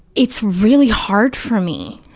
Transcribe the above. it's really hard for me.